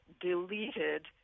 deleted